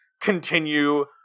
continue